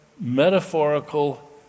metaphorical